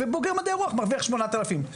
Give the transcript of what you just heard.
ובוגר מדעי הרוח מרוויח 8,000 ש"ח.